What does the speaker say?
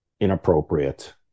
inappropriate